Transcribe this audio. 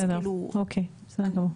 בסדר גמור.